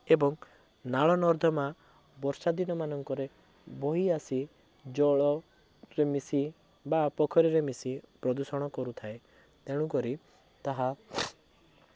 ଏବଂ ନାଳ ନର୍ଦ୍ଦମା ବର୍ଷାଦିନ ମାନଙ୍କରେ ବୋହି ଆସି ଜଳରେ ମିଶି ବା ପୋଖରୀରେ ମିଶି ପ୍ରଦୂଷଣ କରୁଥାଏ ତେଣୁ କରି ତାହା